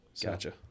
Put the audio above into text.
Gotcha